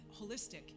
holistic